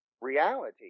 reality